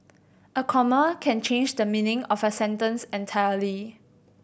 a comma can change the meaning of a sentence entirely